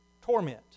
torment